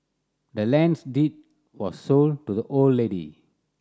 the land's deed was sold to the old lady